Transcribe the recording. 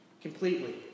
Completely